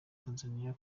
tanzaniya